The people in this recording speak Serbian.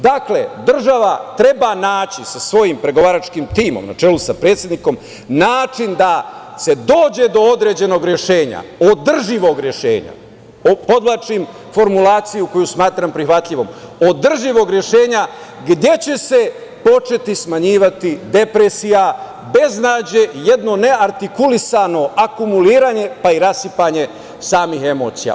Dakle, država treba naći sa svojim pregovaračkim timom, na čelu sa predsednikom, način da se dođe do određenog rešenja, održivog rešenja, podvlačim formulaciju koju smatram prihvatljivom - održivog rešenja, gde će se početi smanjivati depresija, beznađe i jedno neartikulisano akumuliranje, pa i rasipanje samih emocija.